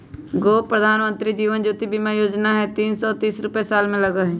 गो प्रधानमंत्री जीवन ज्योति बीमा योजना है तीन सौ तीस रुपए साल में लगहई?